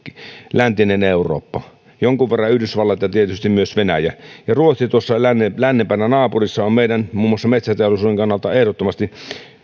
läntinen eurooppa jonkun verran yhdysvallat ja tietysti myös venäjä ja ruotsi tuossa lännempänä naapurissa on muun muassa meidän metsäteollisuuden kannalta ehdottomasti